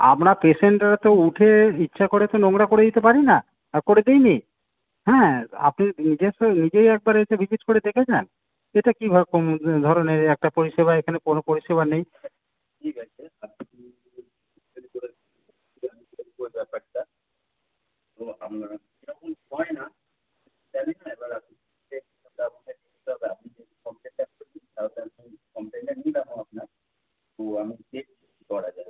আমরা পেশেন্টরা তো উঠে ইচ্ছা করে তো নোংরা করে দিতে পারি না আর করে দিই নি হ্যাঁ আপনি নিজে এসে নিজেই একবার এসে জিজ্ঞেস করে দেখে যান এটা কীভাবে কোন ধরনের এই একটা পরিষেবা এখানে কোনো পরিষেবা নেই